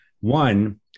one